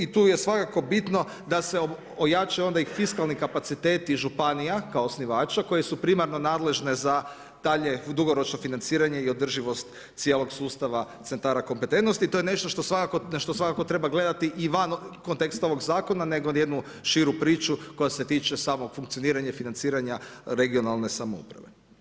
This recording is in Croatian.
I tu je svakako bitno da se ojača onda i fiskalni kapaciteti i županija, kao osnivači koje su primarno nadležne za dalje dugoročno financiranje i održivost cijelog sustava centara kompetentnosti i to je nešto na što svakako treba gledati i van konteksta ovog zakona, nego jednu širu priču, koja se tiče samo funkcioniranje i financiranje regionalne samouprave.